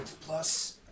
plus